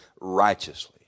righteously